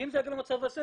כי אם זה יגיע למצב הזה,